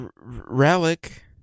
relic